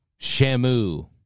Shamu